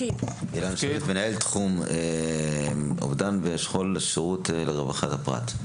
מנהל תחום אובדן ושכול, השירות לרווחת הפרט.